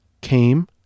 came